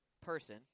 person